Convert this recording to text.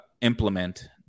implement